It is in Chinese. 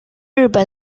日本